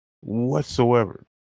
whatsoever